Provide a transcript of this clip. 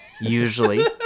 usually